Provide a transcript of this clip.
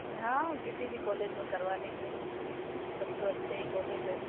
ہاں کسی بھی کالج میں کروا لیں گے ایڈمیشن سب تو اچھے ہی کالج ہے